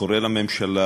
קרא לממשלה